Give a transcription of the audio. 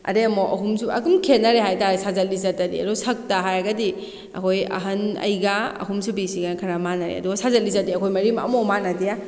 ꯑꯗꯩ ꯑꯃꯨꯛ ꯑꯍꯨꯝꯁꯨꯕ ꯑꯗꯨꯝ ꯈꯦꯅꯔꯦ ꯍꯥꯏꯇꯥꯔꯦ ꯁꯥꯖꯠ ꯂꯤꯆꯠꯇꯗꯤ ꯑꯗꯣ ꯁꯛꯇ ꯍꯥꯏꯔꯒꯗꯤ ꯑꯩꯈꯣꯏ ꯑꯍꯟ ꯑꯩꯒ ꯑꯍꯨꯝꯁꯨꯕꯤ ꯁꯤꯒꯅ ꯈꯔ ꯃꯥꯟꯅꯔꯦ ꯑꯗꯣ ꯁꯥꯖꯠ ꯂꯤꯆꯠꯇꯤ ꯑꯩꯈꯣꯏ ꯃꯔꯤꯃꯛ ꯑꯝꯐꯥꯎ ꯃꯥꯟꯅꯗꯦ